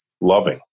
loving